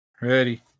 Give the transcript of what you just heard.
Ready